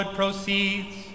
proceeds